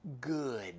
good